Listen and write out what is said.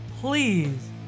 please